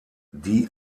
die